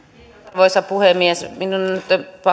arvoisa puhemies minun on nyt